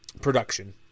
production